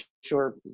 sure